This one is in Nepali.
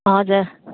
हजुर